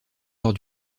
lors